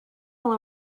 will